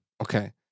Okay